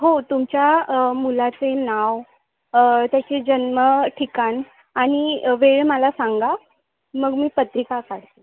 हो तुमच्या मुलाचे नाव त्याचे जन्म ठिकाण आणि वेळ मला सांगा मग मी पत्रिका काढ